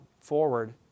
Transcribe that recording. forward